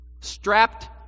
Strapped